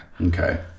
okay